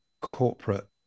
corporate